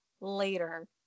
later